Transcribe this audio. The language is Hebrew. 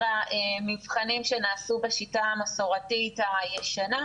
המבחנים שנעשו בשיטה המסורתית הישנה.